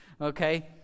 okay